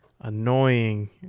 annoying